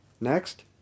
Next